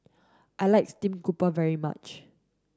I like stream grouper very much